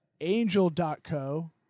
Angel.co